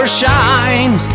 shine